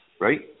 right